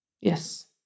Yes